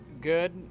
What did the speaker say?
good